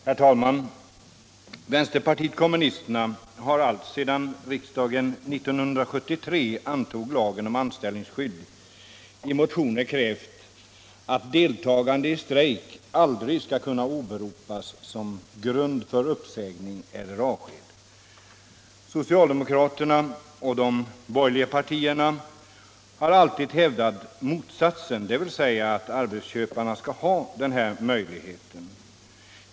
Herr talman! Vänsterpartiet kommunisterna har alltsedan riksdagen 1973 antog lagen om anställningsskydd i motioner krävt att deltagande i strejk aldrig skall kunna åberopas som grund för uppsägning eller avsked. Socialdemokraterna och de borgerliga partierna har alltid hävdat motsatsen, dvs. att arbetsköparna skall ha den möjligheten.